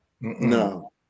No